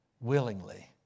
willingly